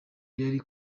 yari